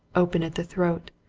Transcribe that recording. open at the throat,